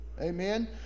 amen